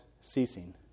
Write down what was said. ceasing